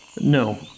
No